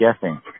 guessing